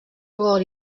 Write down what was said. gol